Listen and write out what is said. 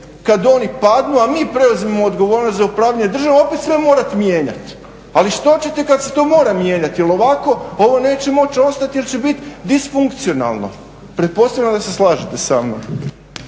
kad oni padnu, a mi preuzmemo odgovornost za upravljanje državom opet sve morati mijenjati. Ali što ćete kad se to mora mijenjati, jer ovako ovo neće moći ostati jer će biti disfunkcionalno. Pretpostavljam da se slažete sa mnom.